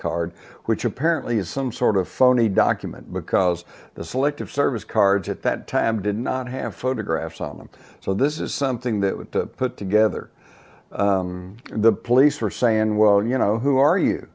card which apparently is some sort of phony document because the selective service cards at that time did not have photographs on them so this is something that would put together the police are saying well you know who are you